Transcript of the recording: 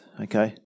okay